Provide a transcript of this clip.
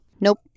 Nope